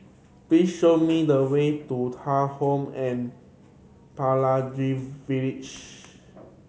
please show me the way to Thuja Home and Pelangi Village